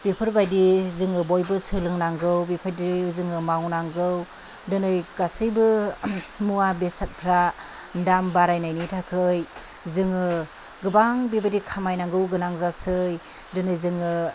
बेफोरबायदि जोङो बयबो सोलोंनांगौ बेफोरबायदि जोङो मावनांगौ दिनै गासैबो मुवा बेसादफ्रा दाम बारायनायनि थाखै जोङो गोबां बेबायदि खामायनांगौ गोनां जासै दिनै जोङो